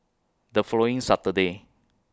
The following Saturday